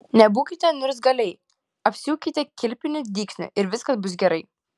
nebūkite niurzgaliai apsiūkite kilpiniu dygsniu ir viskas bus gerai